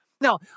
Now